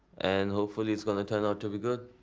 and hopefully it's gonna turn out to be good,